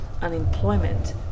unemployment